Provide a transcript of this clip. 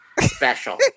special